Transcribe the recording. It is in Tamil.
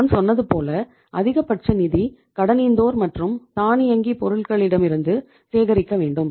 நான் சொன்னது போல அதிகபட்ச நிதி கடனீந்தோர் மற்றும் தானியங்கி பொருட்களிடமிருந்து சேகரிக்க வேண்டும்